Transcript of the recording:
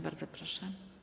Bardzo proszę.